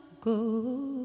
go